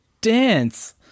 dance